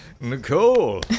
Nicole